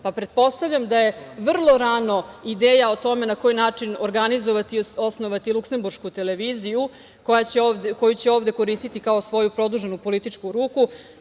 Pa, pretpostavljam da je vrlo rano ideja o tome na koji način organizovati i osnovati luskemburšku televiziju koju će ovde koristiti kao svoju produženu političku ruku.